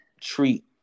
treat